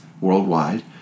worldwide